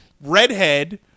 redhead